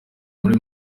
muri